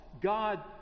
God